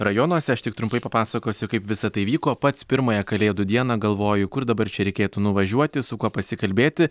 rajonuose aš tik trumpai papasakosiu kaip visa tai vyko pats pirmąją kalėdų dieną galvoju kur dabar čia reikėtų nuvažiuoti su kuo pasikalbėti